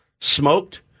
Smoked